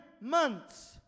months